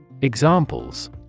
Examples